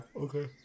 Okay